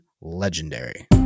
legendary